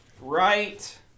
right